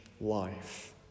life